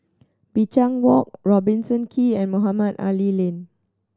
Binchang Walk Robertson Quay and Mohamed Ali Lane